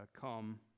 come